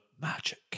magic